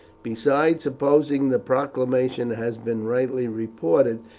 besides, supposing the proclamation has been rightly reported,